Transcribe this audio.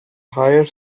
higher